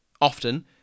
Often